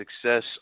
success